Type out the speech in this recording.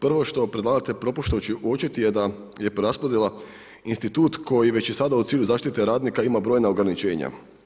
Prvo što predlagatelj propušta uočiti je da preraspodjela institut koji već i sada u cilju zaštite radnika ima brojna ograničenja.